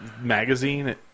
magazine